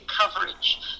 coverage